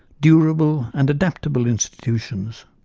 durable and adaptable institutions,